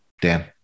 Dan